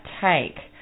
take